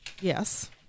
Yes